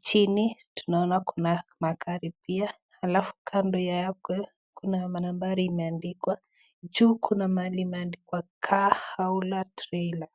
Chini, tunaona kuna magari pia. Alafu kando yake, kuna manambari imeandikwa. Juu kuna mahali imeandikwa Car haula trailer .